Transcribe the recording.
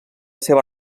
seva